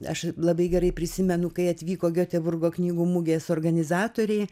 aš labai gerai prisimenu kai atvyko gioteburgo knygų mugės organizatoriai